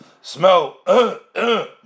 smell